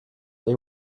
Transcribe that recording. they